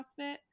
CrossFit